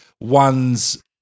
one's